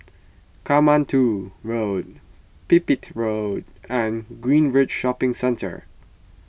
Katmandu Road Pipit Road and Greenridge Shopping Centre